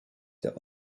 der